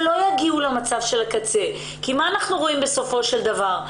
מה אנחנו רואים בסופו של דבר?